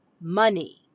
money